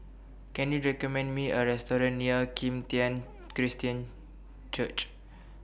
Can YOU recommend Me A Restaurant near Kim Tian Christian Church